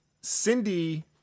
Cindy